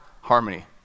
harmony